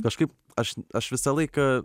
kažkaip aš aš visą laiką